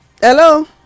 Hello